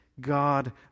God